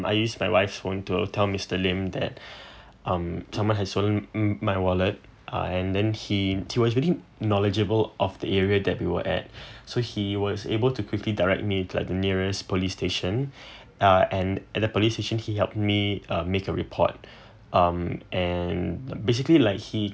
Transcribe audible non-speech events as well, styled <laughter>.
I use my wife's phone to tell mister lim that <breath> um tell my stolen my wallet uh and then he he was really knowledgeable of the area that we were at <breath> so he was able to quickly direct me to like nearest police station <breath> uh and at the police station he helped me uh make a report <breath> um and basically like he